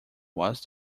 was